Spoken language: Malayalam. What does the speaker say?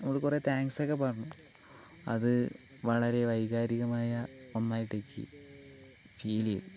ഓള് കുറെ താങ്ക്സൊക്കെ പറഞ്ഞു അത് വളരെ വൈകാരികമായ ഒന്നായിട്ടെനിക്ക് ഫീല് ചെയ്തു